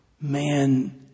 man